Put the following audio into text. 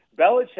Belichick